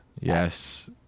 Yes